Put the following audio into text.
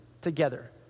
together